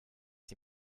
sie